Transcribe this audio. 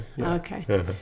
okay